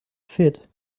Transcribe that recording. fit